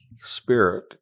spirit